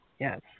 Yes